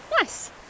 nice